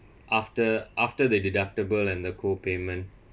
after after they deductible and the co payment